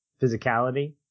physicality